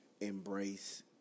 embrace